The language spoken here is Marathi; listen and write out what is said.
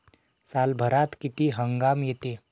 सालभरात किती हंगाम येते?